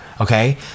okay